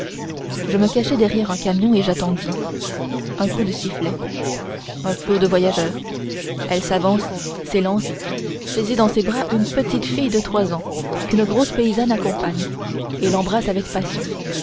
je me cachai derrière un camion et j'attendis un coup de sifflet un flot de voyageurs elle s'avance s'élance saisit dans ses bras une petite fille de trois ans qu'une grosse paysanne accompagne et l'embrasse avec passion